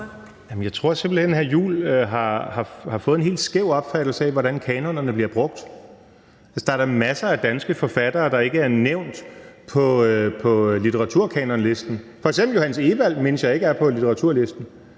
Jeg tror simpelt hen, hr. Christian Juhl har fået en helt skæv opfattelse af, hvordan kanonerne bliver brugt. Altså, der er da masser af danske forfattere, der ikke er nævnt på litteraturkanonlisten. Der er f.eks. Johannes Ewald, som jeg ikke mindes er på litteraturkanonlisten,